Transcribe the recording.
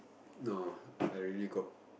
no I really got